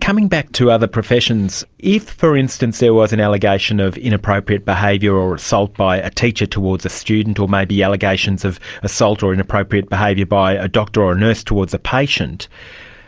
coming back to other professions, if for instance there was an allegation of inappropriate behaviour or assault by a teacher towards a student, or maybe allegations of assault or inappropriate behaviour by a doctor or nurse towards a patient